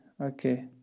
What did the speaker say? okay